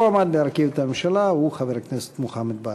המועמד להרכיב את הממשלה הוא חבר הכנסת מוחמד ברכה.